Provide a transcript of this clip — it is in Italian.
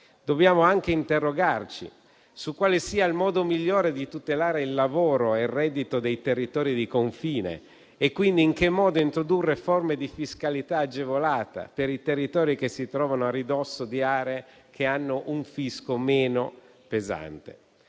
Dobbiamo anche interrogarci su quale sia il modo migliore di tutelare il lavoro e il reddito dei territori di confine, e quindi in che modo introdurre forme di fiscalità agevolata per i territori che si trovano a ridosso di aree che hanno un fisco meno pesante.